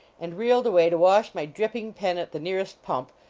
and reeled away to wash my dripping pen at the nearest pump,